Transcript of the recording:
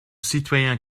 citoyen